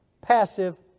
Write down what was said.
passive